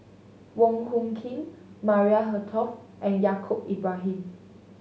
Wong Hung Khim Maria Hertogh and Yaacob Ibrahim